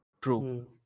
true